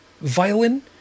violin